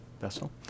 vessel